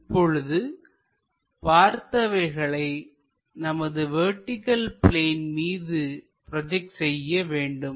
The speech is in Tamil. இப்போது பார்த்தவைகளை நமது வெர்டிகள் பிளேன் மீது ப்ரோஜெக்ட் செய்ய வேண்டும்